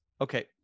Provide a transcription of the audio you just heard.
okay